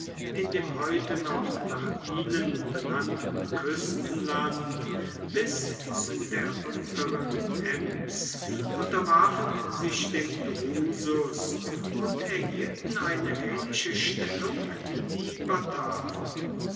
in dem noch heute nach ihnen benannten küstenland bis zu der unteren ems unterwarfen sich dem drusus und erhielten eine ähnliche stellung wie die bataver